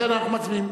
לכן אנחנו מצביעים.